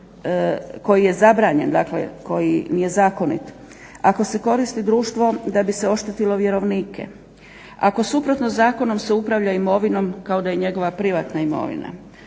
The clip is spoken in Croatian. koji je zabranjen dakle koji nije zakonit, ako se koristi društvo da bi se oštetilo vjerovnike, ako suprotno zakonom se upravlja imovinom kao da je njegova privatna imovina,